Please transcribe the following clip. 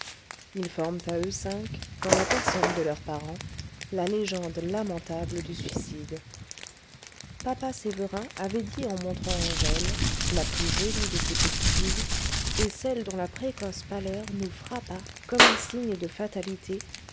ils forment à eux cinq dans la personne de leurs parents la légende lamentable du suicide papa sévérin avait dit en montrant angèle la plus jolie de ces petites filles et celle dont la précoce pâleur nous frappa comme un signe de fatalité